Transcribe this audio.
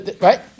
right